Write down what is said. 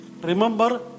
remember